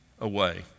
away